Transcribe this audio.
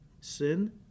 sin